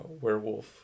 werewolf